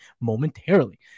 momentarily